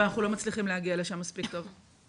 אבל אנחנו לא מצליחים להגיע לשם מספיק טוב.